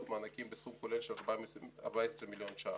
מענקים בסכום כולל של 14 מיליון שקל.